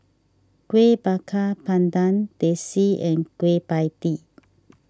Kuih Bakar Pandan Teh C and Kueh Pie Tee